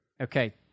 Okay